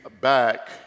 back